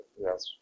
Yes